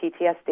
PTSD